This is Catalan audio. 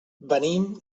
venim